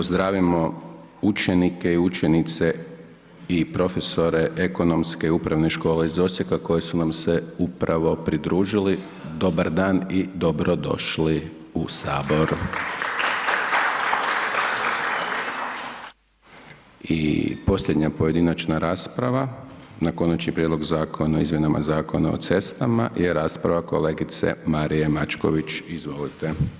Pozdravimo učenike i učenice i profesore Ekonomske upravne škole iz Osijeka koji su nam se upravo pridružili, dobar dan i dobrodošli u Sabor. I posljednja pojedinačna rasprava na Konačni prijedlog zakona o izmjenama Zakona o cestama je rasprava kolegice Marije Mačković, izvolite.